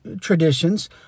traditions